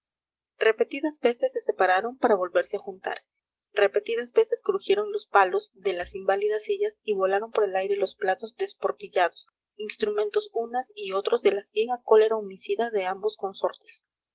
repetidas veces se separaron para volverse a juntar repetidas veces crujieron los palos de las inválidas sillas y volaron por el aire los platos desportillados instrumentos unas y otros de la ciega cólera homicida de ambos consortes